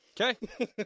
Okay